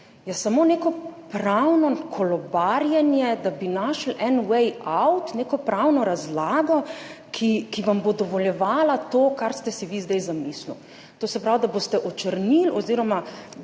je samo neko pravno kolobarjenje, da bi našli en »way out«, neko pravno razlago, ki vam bo dovoljevala to, kar ste si vi zdaj zamislil. To se pravi, da boste očrnili oziroma